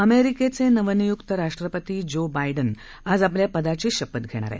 अमेरिकेचे नवनियुक्त राष्ट्रपती जो बायडन आज आपल्या पदाची शपथ घेणार आहेत